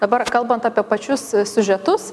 dabar kalbant apie pačius siužetus